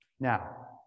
Now